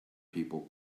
people